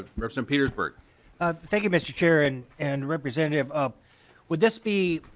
ah and petersburg thank you mr. chair and and representative. um would this be